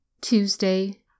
Tuesday